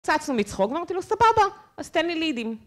התפוצצנו מצחוק ואמרתי לו סבבה, אז תן לי לידים.